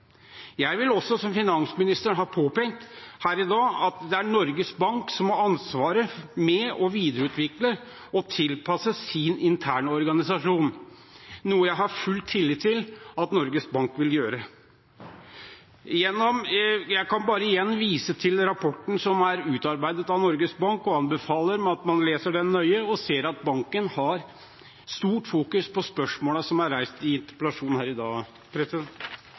Jeg vil påpeke, som også finansministeren har gjort her i dag, at det er Norges Bank som har ansvaret for å videreutvikle og tilpasse sin interne organisasjon, noe jeg har full tillit til at Norges Bank vil gjøre. Jeg kan bare igjen vise til rapporten som er utarbeidet av Norges Bank, og anbefaler at man leser den nøye – og ser at banken har stort fokus på spørsmålene som er reist i interpellasjonen her i dag.